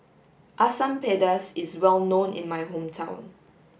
Asam Pedas is well known in my hometown